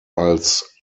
als